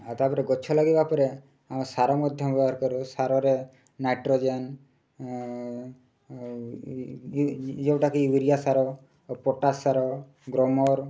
ଆଉ ତା'ପରେ ଗଛ ଲାଗିବା ପରେ ଆମ ସାର ମଧ୍ୟ ବ୍ୟବହାର କରୁ ସାରରେ ନାଇଟ୍ରୋଜେନ୍ ଯେଉଁଟାକି ୟୁରିଆ ସାର ପଟାସ୍ ସାର ଗ୍ରମର